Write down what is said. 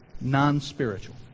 non-spiritual